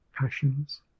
passions